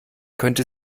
könnte